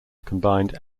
combined